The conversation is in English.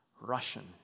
Russian